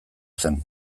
zen